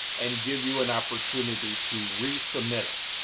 and give you an opportunity to resubmit it.